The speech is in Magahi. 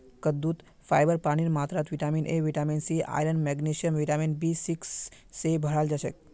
कद्दूत फाइबर पानीर मात्रा vitamin A vitamin C iron magnesium vitamin B six स भोराल हछेक